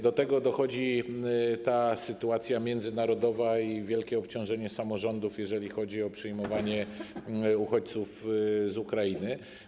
Do tego dochodzi sytuacja międzynarodowa i wielkie obciążenie samorządów, jeżeli chodzi o przyjmowanie uchodźców z Ukrainy.